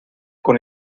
con